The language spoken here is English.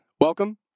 Welcome